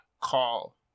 call